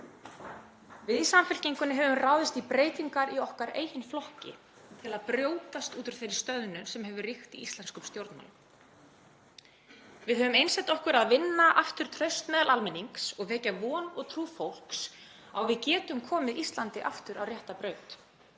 Við í Samfylkingunni höfum ráðist í breytingar í okkar eigin flokki til að brjótast út úr þeirri stöðnun sem hefur ríkt í stjórnmálunum. Við höfum einsett okkur að vinna aftur traust meðal almennings og vekja von og trú fólks á að við getum komið Íslandi aftur á rétta braut.